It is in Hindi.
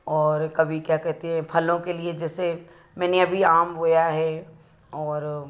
और कभी क्या कहते हैं फलों के लिए जैसे मैंने भी आम बोया है और